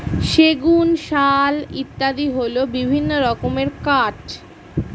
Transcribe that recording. সেগুন, শাল ইত্যাদি হল বিভিন্ন রকমের কাঠ